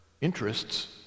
interests